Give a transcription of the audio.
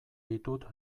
ditut